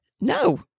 no